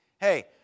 hey